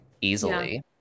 easily